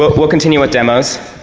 but we'll continue with demos.